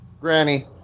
Granny